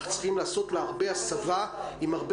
אך צריכים לעשות לה הרבה הסבה עם הרבה